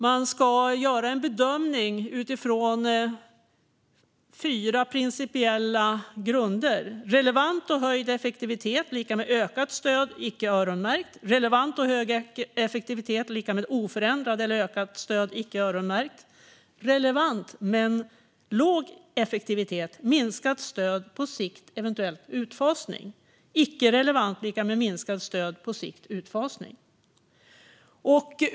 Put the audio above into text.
Man ska göra en bedömning utifrån fyra principiella grunder: relevant och höjd effektivitet, lika med ökat stöd, icke öronmärkt relevant och hög effektivitet, lika med oförändrat eller ökat stöd, icke öronmärkt relevant men låg effektivitet, lika med minskat stöd på sikt och eventuellt utfasning icke relevant, lika med minskat stöd och på sikt utfasning.